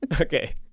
Okay